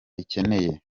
ikeneye